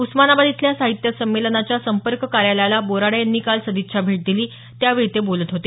उस्मानाबाद इथल्या साहित्य संमेलनाच्या संपर्क कार्यालयाला बोराडे यांनी काल सदिच्छा भेट दिली त्यावेळी ते बोलत होते